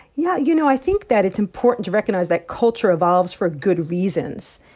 yeah, you know, i think that it's important to recognize that culture evolves for good reasons.